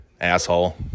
asshole